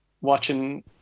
watching